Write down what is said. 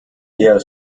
der